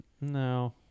No